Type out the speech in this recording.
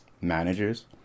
managers